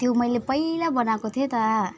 त्यो मैले पहिला बनाएको थिएँ त